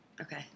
Okay